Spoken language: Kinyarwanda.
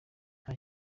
nta